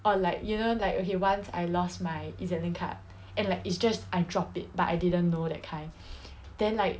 or like you know like okay once I lost my EZ-link card and like it's just I dropped it but I didn't know that kind then like